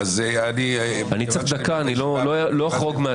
אני מבקש דקה, לא אחרוג.